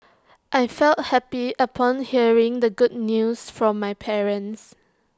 I felt happy upon hearing the good news from my parents